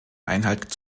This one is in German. einhalt